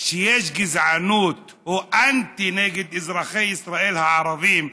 שכשיש גזענות או אנטי נגד אזרחי ישראל הערבים,